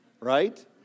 right